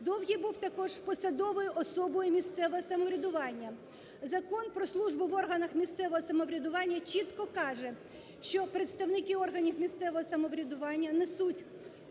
Довгий був також посадовою особою місцевого самоврядування. Закон про службу в органах місцевого самоврядування чітко каже, що представники органів місцевого самоврядування несуть